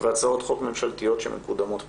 והצעות חוק ממשלתיות שמקודמות בנושא.